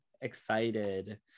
excited